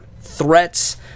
Threats